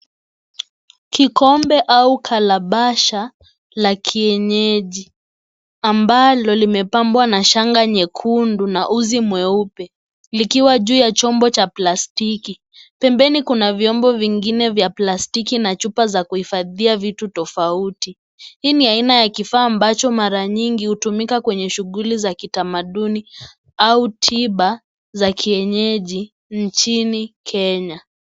Kikombe au kalabasha la kienyeji, ambalo limepambwa na shanga nyekundu na uzi mweupe. Likiwa juu ya chombo cha plastiki. Pembeni kuna vyombo vingine vya plastiki na chupa za kuhifadhia vitu tofauti. Hii ni aina ya kifaa ambacho mara nyingi hutumika kwenye shughuli za kitamaduni au tiba za kienyeji nchini Kenya.